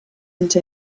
into